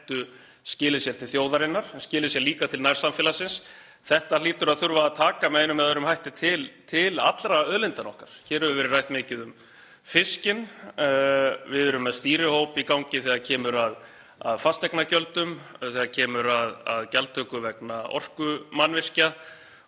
skili sér til þjóðarinnar en skili sér líka til nærsamfélagsins. Þetta hlýtur að þurfa að taka með einum eða öðrum hætti til allra auðlindanna okkar. Hér hefur verið rætt mikið um fiskinn og við erum með stýrihóp í gangi þegar kemur að fasteignagjöldum, þegar kemur að gjaldtöku vegna orkumannvirkja og þar